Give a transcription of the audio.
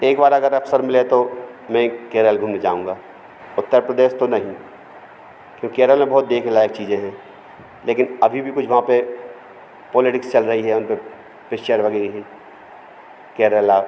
एक बार अगर अवसर मिले तो मैं केरल घूमने जाऊँगा उत्तर प्रदेश तो नहीं क्यों केरल में बहुत देखने लायक चीज़ें हैं लेकिन अभी भी कुछ वहाँ पे पॉलिटिक्स चल रही है उनपे पिच्चर बनी है केरला